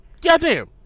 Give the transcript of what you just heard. Goddamn